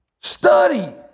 Study